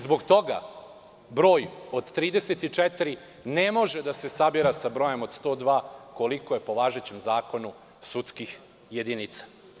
Zbog toga broj od 34 ne može da se sabira sa brojem od 102, koliko je po važećem zakonu sudskih jedinica.